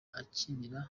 akinira